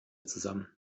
zusammen